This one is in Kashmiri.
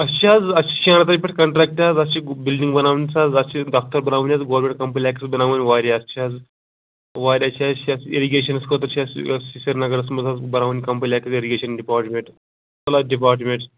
اَسہِ چھِ حظ اَسہِ چھِ شیٚن رٮ۪تَن پٮ۪ٹھ کَنٹریکٹہٕ حظ اَسہِ چھِ بِلڈِنٛگہٕ بَناوٕنۍ حظ اَسہِ چھِ حظ دَفتر بَناوٕنۍ حظ گورمٮ۪نٛٹ کَمپٕلیکٕس بَناوٕنۍ واریاہ اَسہِ چھِ حظ واریاہ چھِ اَسہِ یَتھ اِرِگیشنَس خٲطرٕ چھِ اَسہِ سرینگرَس منٛز حظ بَناوٕنۍ complex irrigation department flood department